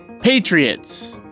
Patriots